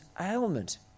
ailment